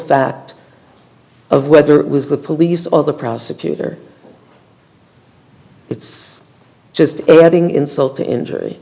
fact of whether it was the police all the prosecutor it's just adding insult to injury